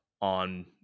on